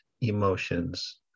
emotions